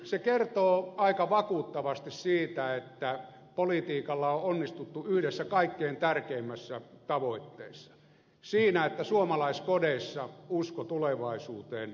se kertoo aika vakuuttavasti siitä että politiikalla on onnistuttu yhdessä kaikkein tärkeimmissä tavoitteissa siinä että suomalaiskodeissa usko tulevaisuuteen on vahva